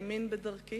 שהאמין בדרכי